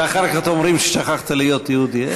ואחר כך אומרים ששכחת להיות יהודי.